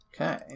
okay